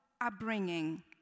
upbringing